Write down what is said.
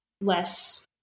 less